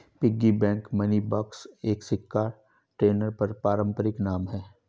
piggy bank money box एक सिक्का container का पारंपरिक नाम है